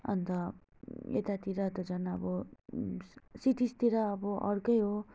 अन्त यतातिर त झन् अब सिटिजतिर अब अर्कै हो